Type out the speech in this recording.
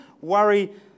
worry